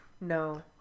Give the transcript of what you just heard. No